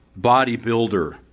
Bodybuilder